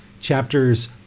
chapters